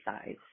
size